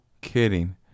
kidding